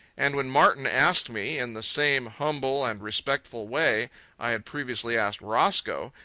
and when martin asked me, in the same humble and respectful way i had previously asked roscoe,